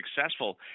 successful